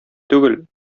түгел